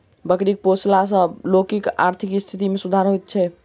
बकरी पोसला सॅ लोकक आर्थिक स्थिति मे सुधार होइत छै